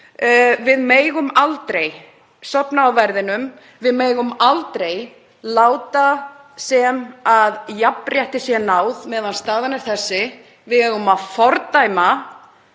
Við megum aldrei sofna á verðinum. Við megum aldrei láta sem jafnrétti sé náð meðan staðan er þessi. Við eigum að fordæma